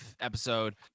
episode